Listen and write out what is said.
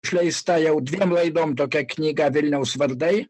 išleista jau dviem laidom tokia knyga vilniaus vardai